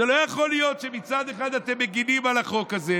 זה לא יכול להיות שמצד אחד אתם מגינים על החוק הזה